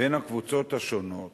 בין הקבוצות השונות